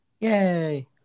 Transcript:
Yay